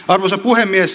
arvoisa puhemies